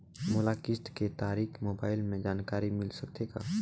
मोला किस्त के तारिक मोबाइल मे जानकारी मिल सकथे का?